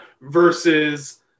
versus